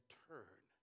turn